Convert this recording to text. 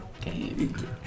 game